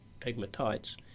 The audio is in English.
pegmatites